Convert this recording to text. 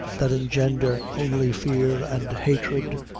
that engender only fear and hatred,